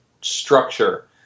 structure